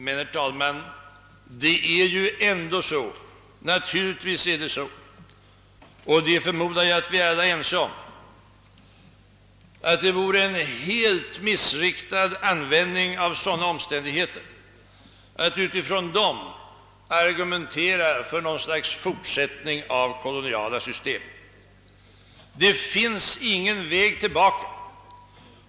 Men, herr talman, naturligtvis vore det, och jag förmodar att alla är ense härom, helt missriktat att på grund av dessa omständigheter argumentera för något slags fortsättning av det koloniala systemet. Det finns ingen väg tillbaka.